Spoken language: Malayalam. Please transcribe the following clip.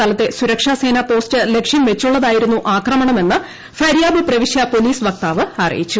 സ്ഥലത്തെ സുരക്ഷാസേന പോസ്റ്റ് ലക്ഷ്യം വച്ചുള്ളതായിരുന്നു ആക്രമണമെന്ന് ഫര്യാബ് പ്രവിശൃ പോലീസ് വക്താവ് അറിയിച്ചു